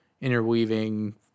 interweaving